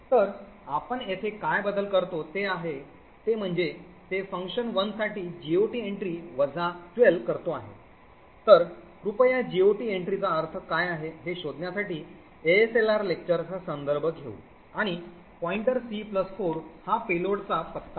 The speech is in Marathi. तर आपण येथे काय बदल करतो आहे ते म्हणजे ते fun1 साठी GOT entry वजा 12 करतो आहे तर कृपया GOT entry चा अर्थ काय आहे हे शोधण्यासाठी ASLR लेक्चरचा संदर्भ घेऊ आणि c4 हा पेलोडचा पत्ता आहे